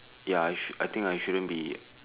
ya I should I think I shouldn't be